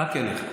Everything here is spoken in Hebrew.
רק אליך.